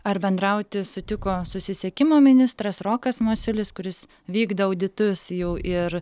ar bendrauti sutiko susisiekimo ministras rokas masiulis kuris vykdė auditus jau ir